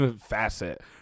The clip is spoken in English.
facet